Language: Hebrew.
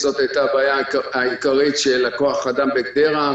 זאת הייתה הבעיה העיקרית של כוח האדם בגדרה.